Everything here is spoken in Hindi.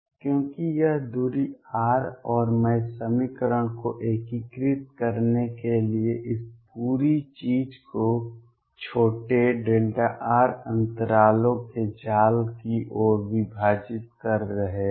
क्योंकि यह दूरी r और मैं समीकरण को एकीकृत करने के लिए इस पूरी चीज़ को छोटे Δr अंतरालों के जाल की ओर विभाजित कर रहे हैं